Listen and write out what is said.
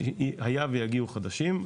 היה ויגיעו חדשים,